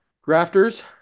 Grafters